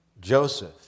Joseph